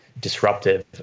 disruptive